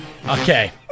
Okay